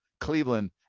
Cleveland